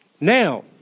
Now